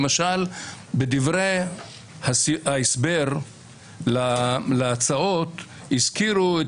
למשל בדברי ההסבר להצעות הזכירו את